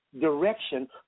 direction